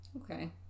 Okay